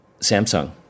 Samsung